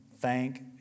thank